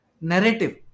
narrative